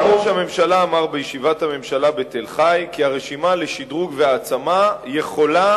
גם ראש הממשלה אמר בישיבת הממשלה בתל-חי כי הרשימה לשדרוג והעצמה יכולה,